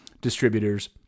distributors